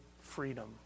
freedom